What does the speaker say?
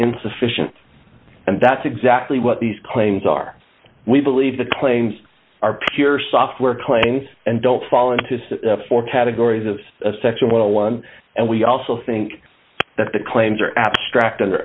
insufficient and that's exactly what these claims are we believe the claims are pure software claims and don't fall into four categories of a sexual one and we also think that the claims are abstract